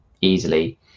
easily